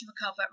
recover